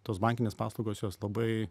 tos bankinės paslaugos jos labai